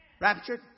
Raptured